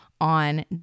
on